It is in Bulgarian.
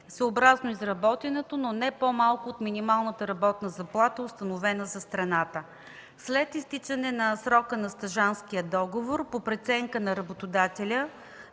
съобразно изработеното, но не по-малко от минималната работна заплата, установена за страната. След изтичане на срока на стажантския договор по преценка на работодателя